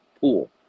pool